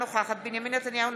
אינה נוכחת בנימין נתניהו,